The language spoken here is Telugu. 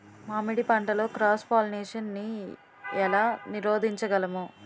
మామిడి పంటలో క్రాస్ పోలినేషన్ నీ ఏల నీరోధించగలము?